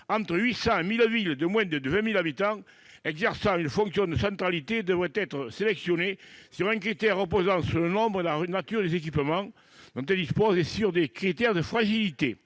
Entre 800 et 1 000 villes de moins de 20 000 habitants exerçant une fonction de centralité devraient être sélectionnées en fonction du nombre et de la nature des équipements dont elles disposent, ainsi que sur des critères de fragilité.